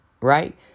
right